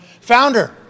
founder